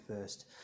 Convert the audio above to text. first